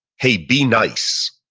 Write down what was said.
hey, be nice.